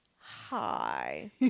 hi